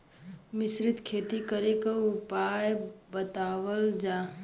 मिश्रित खेती करे क उपाय बतावल जा?